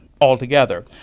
altogether